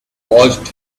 watched